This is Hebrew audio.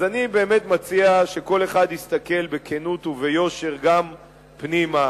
אז אני באמת מציע שכל אחד יסתכל בכנות וביושר גם פנימה,